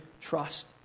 trust